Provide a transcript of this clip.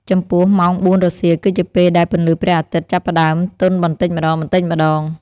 ចំពោះ ម៉ោងបួនរសៀលគឺជាពេលដែលពន្លឺព្រះអាទិត្យចាប់ផ្តើមទន់បន្តិចម្តងៗ។